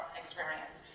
experience